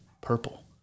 purple